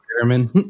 German